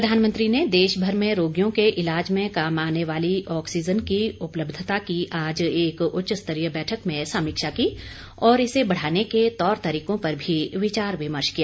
प्रधानमंत्री ने देशभर में रोगियों के इलाज में काम आने वाली ऑक्सीजन की उपलब्यता की आज एक उच्च स्तरीय बैठक में समीक्षा की और इसे बढ़ाने के तौर तरीकों पर भी विचार विमर्श किया